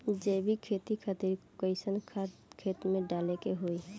जैविक खेती खातिर कैसन खाद खेत मे डाले के होई?